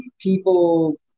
People